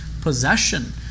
possession